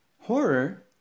horror